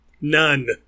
None